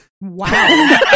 Wow